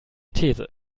these